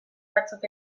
batzuk